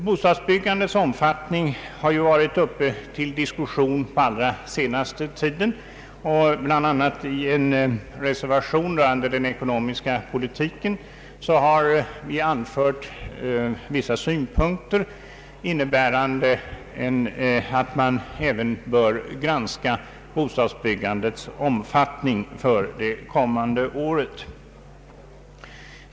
Bostadsbyggandets omfattning har ju varit uppe till diskussion på den allra senaste tiden, och bl.a. i en reservation rörande den ekonomiska politiken har vi anfört vissa synpunkter innebärande att man även bör granska bostadsbyggandets omfattning för det kommande året.